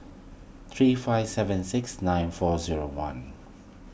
three five seven six nine four zero one